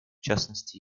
частности